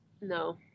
No